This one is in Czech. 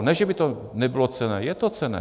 Ne že by to nebylo cenné, je to cenné.